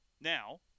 Now